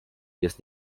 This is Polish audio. jest